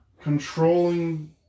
controlling